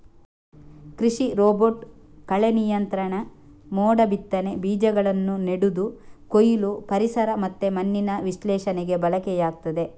ಕೃಷಿ ರೋಬೋಟ್ ಕಳೆ ನಿಯಂತ್ರಣ, ಮೋಡ ಬಿತ್ತನೆ, ಬೀಜಗಳನ್ನ ನೆಡುದು, ಕೊಯ್ಲು, ಪರಿಸರ ಮತ್ತೆ ಮಣ್ಣಿನ ವಿಶ್ಲೇಷಣೆಗೆ ಬಳಕೆಯಾಗ್ತದೆ